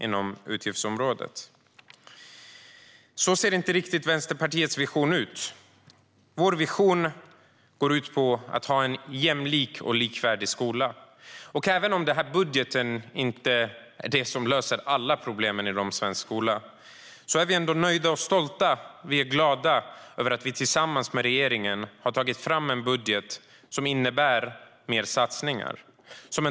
Vänsterpartiet ser det inte riktigt på det sättet. Vår vision går ut på att ha en jämlik och likvärdig skola. Även om budgeten inte löser alla problem i svensk skola är vi nöjda, stolta och glada över att vi tillsammans med regeringen har tagit fram en budget som innebär mer satsningar.